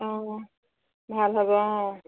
অঁ ভাল হ'ব অঁ